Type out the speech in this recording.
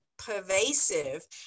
pervasive